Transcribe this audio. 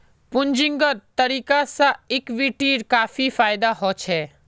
पूंजीगत तरीका से इक्विटीर काफी फायेदा होछे